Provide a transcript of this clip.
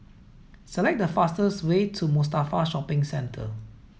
select the fastest way to Mustafa Shopping Centre